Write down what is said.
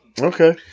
Okay